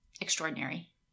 extraordinary